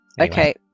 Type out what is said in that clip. Okay